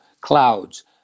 Clouds